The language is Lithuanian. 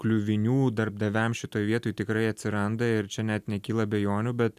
kliuvinių darbdaviam šitoj vietoj tikrai atsiranda ir čia net nekyla abejonių bet